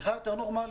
השיחה יותר נורמלית.